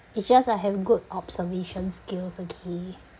it's just I have good observation skills okay